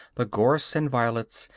the gorse and violets,